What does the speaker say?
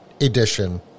edition